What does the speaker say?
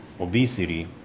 obesity